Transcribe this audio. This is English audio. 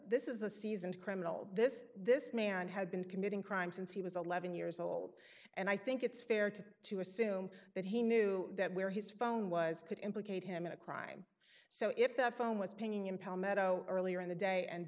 this is a seasoned criminal this this man had been committing crime since he was eleven years old and i think it's fair to to assume that he knew that where his phone was could implicate him in a crime so if that phone was pinging in palmetto earlier in the day and